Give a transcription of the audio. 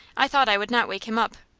i thought i would not wake him up.